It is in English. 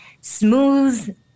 smooth